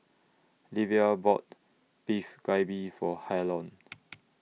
Livia bought Beef Galbi For Harlon